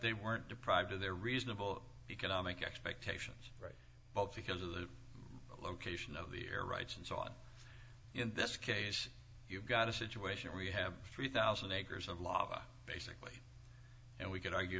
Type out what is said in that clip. they weren't deprived of their reasonable economic expectations right because of the location of the air rights and so on in this case you've got a situation where you have three thousand acres of law basically and we can argue